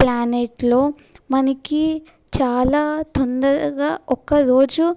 ప్లానేట్లో మనకి చాలా తొందరగా ఒక్కరోజు